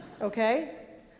Okay